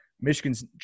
Michigan's